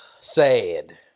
Sad